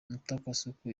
mutakwasuku